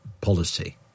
policy